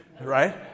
right